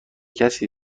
کسی